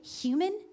human